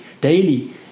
daily